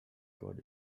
got